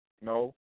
no